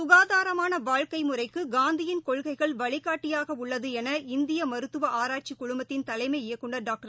சுகாதாரமானவாழக்கைமுறைக்குகாந்தியின் கொள்கைகள் வழிகாட்டியாகஉள்ளதுஎன இந்தியமருத்துவஆராய்ச்சிக் குழுமத்தின் தலைமை இயக்குநர் டாக்டர்